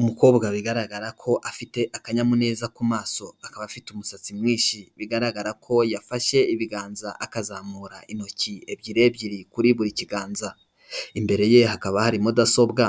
Umukobwa bigaragara ko afite akanyamuneza ku maso akaba afite umusatsi mwinshi, bigaragara ko yafashe ibiganza akazamura intoki ebyiri ebyiri kuri buri kiganza, imbere ye hakaba hari mudasobwa